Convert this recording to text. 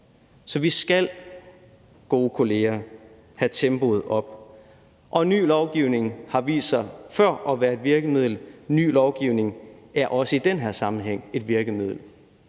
Så, gode kolleger, vi skal have tempoet op, og ny lovgivning har før vist sig at være et virkemiddel. Ny lovgivning er også i den her sammenhæng et virkemiddel.